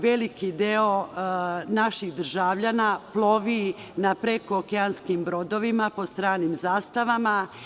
Veliki deo naših državljana plovi na prekookeanskim brodovima, pod stranim zastavama.